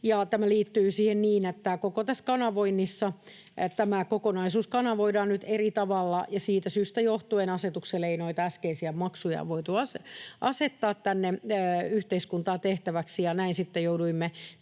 tämä liittyy niihin niin, että koko tässä kanavoinnissa tämä kokonaisuus kanavoidaan nyt eri tavalla, ja siitä syystä johtuen asetuksella ei noita äskeisiä maksuja voitu asettaa yhteiskuntaan tehtäväksi. Näin sitten jouduimme